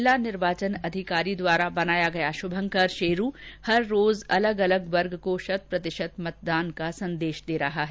जिला निर्वाचन अधिकारी द्वारा बनाया शुभंकर शेरू हर रोज अलग अलग वर्ग को शत प्रतिशत मतदान का संदेश दे रहा है